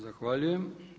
Zahvaljujem.